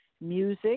music